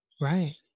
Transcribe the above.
Right